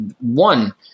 one